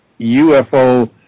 UFO